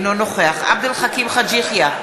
אינו נוכח עבד אל חכים חאג' יחיא,